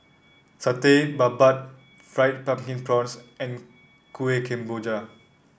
Satay Babat Fried Pumpkin Prawns and Kueh Kemboja